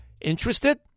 Interested